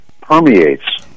permeates